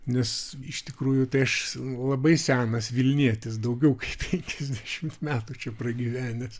nes iš tikrųjų tai aš labai senas vilnietis daugiau kaip penkiasdešimt metų čia pragyvenęs